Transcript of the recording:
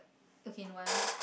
okay no I only